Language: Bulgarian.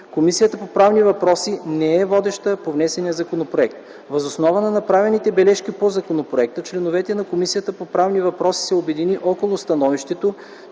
Комисията по правни въпроси не е водеща по внесения Законопроект. Въз основа на направените бележки по Законопроекта, членовете на Комисията по правни въпроси се обединиха около становището,